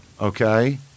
okay